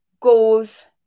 goals